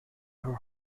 her